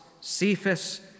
Cephas